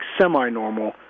semi-normal